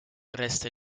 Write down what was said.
resta